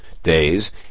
days